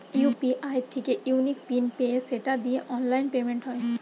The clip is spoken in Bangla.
ইউ.পি.আই থিকে ইউনিক পিন পেয়ে সেটা দিয়ে অনলাইন পেমেন্ট হয়